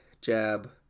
jab